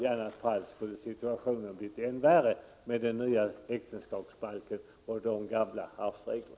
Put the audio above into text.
I annat fall skulle situationen bli ännu värre — med den nya äktenskapsbalken och de gamla arvsreglerna.